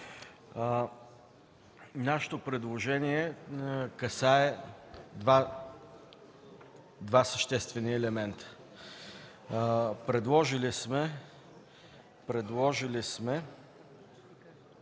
Нашето предложение касае два съществени елемента. Предложили сме